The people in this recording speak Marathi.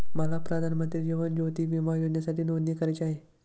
मला प्रधानमंत्री जीवन ज्योती विमा योजनेसाठी नोंदणी करायची आहे